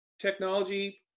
technology